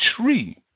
tree